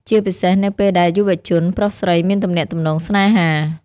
ជាពិសេសនៅពេលដែលយុវជនប្រុសស្រីមានទំនាក់ទំនងស្នេហា។